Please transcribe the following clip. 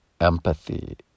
empathy